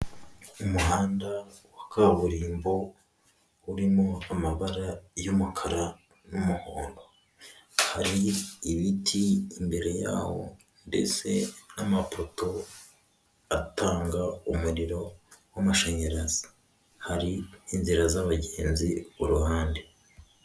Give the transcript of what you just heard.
Umuhanda wa kaburimbo urimo amabara y'umukara n'umuhondo, hari ibiti imbere yawo ndetse n'amapoto atanga umuriro w'amashanyarazi, hari inzira z'abagenzi uruhande.